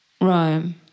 Rome